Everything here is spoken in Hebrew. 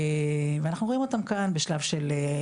ואנחנו רואים אותם כאן בשלב של,